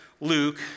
Luke